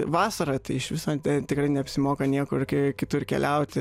vasarą tai iš viso ten tikrai neapsimoka niekur kitur keliauti